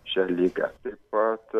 šią ligą taip pat